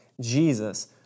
Jesus